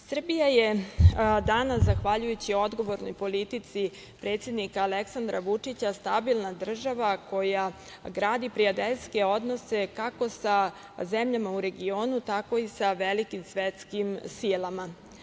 Srbija je danas, zahvaljujući odgovornoj politici predsednika Aleksandra Vučića stabilna država koja gradi prijateljske odnose, kako sa zemljama u regionu, tako i sa velikim svetskim silama.